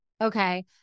Okay